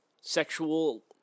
sexual